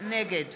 נגד